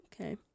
Okay